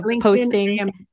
posting